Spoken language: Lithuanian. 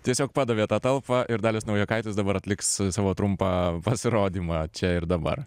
tiesiog padavė tą talpą ir dalius naujokaitis dabar atliks savo trumpą pasirodymą čia ir dabar